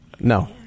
No